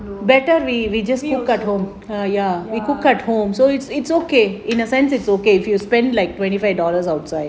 we also ya